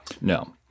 no